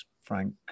Frank